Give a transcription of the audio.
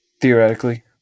Theoretically